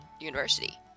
University